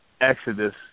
Exodus